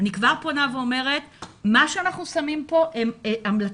אני כבר פונה ואומרת שמה שאנחנו שמים פה זה המלצות,